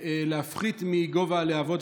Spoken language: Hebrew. הצוות הרפואי איחר לתת לה את הטיפול,